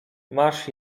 masz